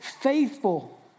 faithful